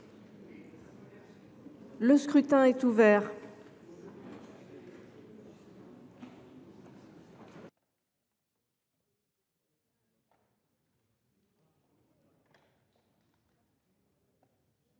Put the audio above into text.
Le scrutin est ouvert.